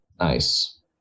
nice